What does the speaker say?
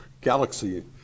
Galaxy